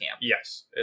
Yes